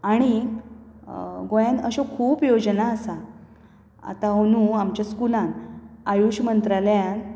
आनी गोंयांत अश्यो खूब योजना आसात आतां अंदू आमच्या स्कुलांत आयूश मंत्रालयान